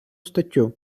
статтю